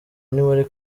ntiwari